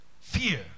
Fear